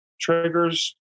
triggers